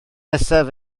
nesaf